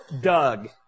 Doug